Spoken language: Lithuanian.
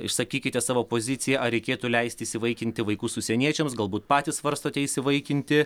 išsakykite savo poziciją ar reikėtų leisti įsivaikinti vaikus užsieniečiams galbūt patys svarstote įsivaikinti